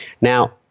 Now